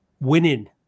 winning